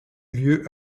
lieu